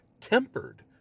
tempered